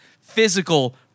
physical